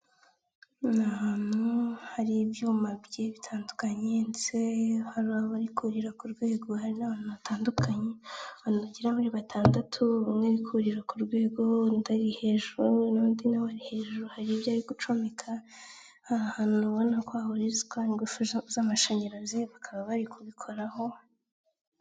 Ni ahantu hari ibyuma bigiye bitandukanye ndetse hari abari kurira ku rwego, hari n'abantu batandukanye, abantu bagera muri batandatu, bamwe bari kurira ku rwego undi ari hejuru, n'undi nawe ari hejuru hari ibyo ari gucomeka, ahantu ubona ko hahurizwa ingufu z'amashanyarazi bakaba bari kubikoraho.